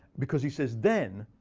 because he says then,